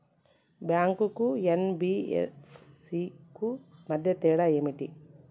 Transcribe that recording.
Bank కు NBFC కు మధ్య తేడా ఏమిటి?